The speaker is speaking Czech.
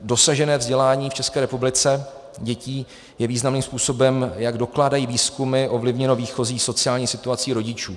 Dosažené vzdělání dětí v České republice je významným způsobem, jak dokládají výzkumy, ovlivněno výchozí sociální situací rodičů.